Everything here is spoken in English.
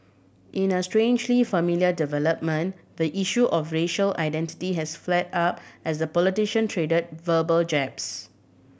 in a strangely familiar development the issue of racial identity has flared up as the politician traded verbal jabs